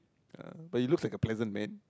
yeah but he looks like a pleasant man